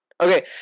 Okay